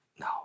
no